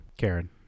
Karen